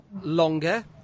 longer